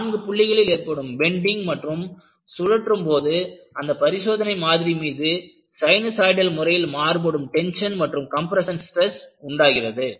நான்கு புள்ளிகளில் ஏற்படும் பெண்டிங் மற்றும் சுழற்றும் போது அந்த பரிசோதனை மாதிரி மீது சினுசாய்டல் முறையில் மாறுபடும் டென்ஷன் மற்றும் கம்ப்ரெஷன் ஸ்ட்ரெஸ் உண்டாகிறது